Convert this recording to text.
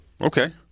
Okay